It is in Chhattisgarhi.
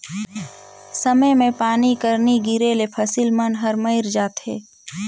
समे मे पानी कर नी गिरे ले फसिल मन हर मइर जाथे